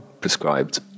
prescribed